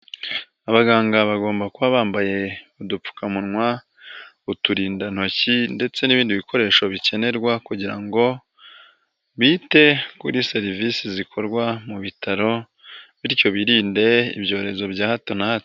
Abaganga bagomba kuba bambaye udupfukamunwa, uturindantoki ndetse n'ibindi bikoresho bikenerwa kugira ngo bite kuri serivisi zikorwa mu bitaro, bityo birinde ibyorezo bya hato na hato.